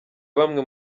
bamwe